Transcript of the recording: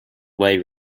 way